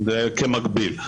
זה כמקביל.